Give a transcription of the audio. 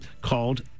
called